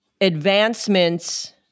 advancements